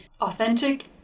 authentic